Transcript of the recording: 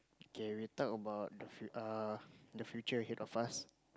okay we talk about the err the future ahead of us